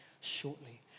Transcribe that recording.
shortly